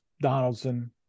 Donaldson